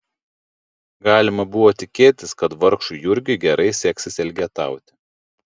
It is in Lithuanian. galima buvo tikėtis kad vargšui jurgiui gerai seksis elgetauti